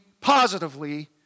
positively